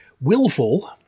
Willful